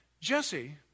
Jesse